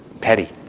petty